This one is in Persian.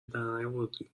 درنیاوردی